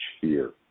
fear